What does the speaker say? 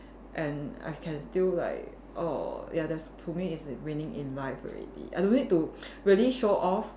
and I can still like err ya that's to me is like winning in life already I don't need to really show off